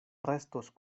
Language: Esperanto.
restos